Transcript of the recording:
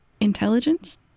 Intelligence